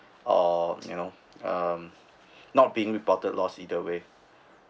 uh you know um not being reported lost either way